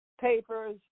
papers